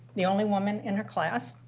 the only woman in her class,